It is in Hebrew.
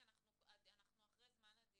כי אנחנו אחרי זמן הדיון.